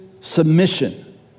submission